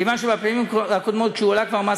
כיוון שבפעמים הקודמות כשהועלה כבר מס